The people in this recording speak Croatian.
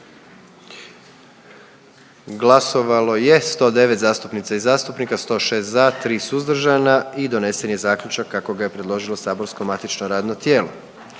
Glasovalo je 109 zastupnica i zastupnika, 106 za, 3 suzdržana i donesen zaključak kako ga je predložilo matično saborsko radno tijelo.